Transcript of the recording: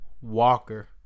Walker